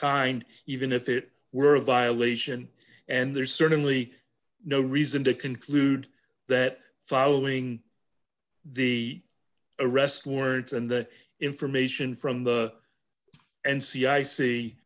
kind even if it were a violation and there's certainly no reason to conclude that following the arrest warrant and the information from the and